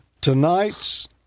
Tonight's